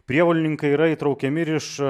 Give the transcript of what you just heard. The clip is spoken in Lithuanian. prievolininkai yra įtraukiami ir iš